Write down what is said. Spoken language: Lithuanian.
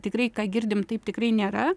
tikrai ką girdim taip tikrai nėra